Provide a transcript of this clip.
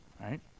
right